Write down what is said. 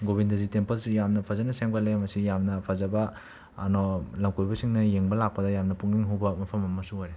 ꯒꯣꯕꯤꯟꯗꯖꯤ ꯇꯦꯝꯄꯜꯁꯨ ꯌꯥꯝꯅ ꯐꯖꯅ ꯁꯦꯝꯒꯠꯂꯦ ꯃꯁꯤ ꯌꯥꯝꯅ ꯐꯖꯕ ꯑꯅꯣ ꯂꯝ ꯀꯣꯏꯕꯁꯤꯡꯅ ꯌꯦꯡꯕ ꯂꯥꯛꯄꯗ ꯌꯥꯝꯅ ꯄꯨꯛꯅꯤꯡ ꯍꯨꯕ ꯃꯐꯝ ꯑꯃꯁꯨ ꯑꯣꯏꯔꯦ